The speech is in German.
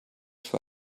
für